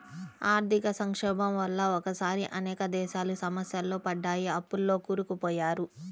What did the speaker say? ఆర్థిక సంక్షోభం వల్ల ఒకేసారి అనేక దేశాలు సమస్యల్లో పడ్డాయి, అప్పుల్లో కూరుకుపోయారు